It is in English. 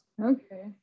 Okay